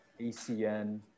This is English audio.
ACN